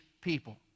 people